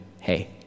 hey